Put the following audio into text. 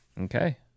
Okay